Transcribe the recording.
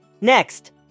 Next